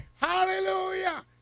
Hallelujah